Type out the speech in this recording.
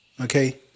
Okay